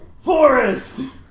Forest